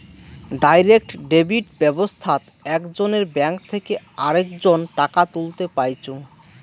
direct debit ব্যাবস্থাত একজনের bank থেকে আরেকজন টাকা তুলতে পাইচুঙ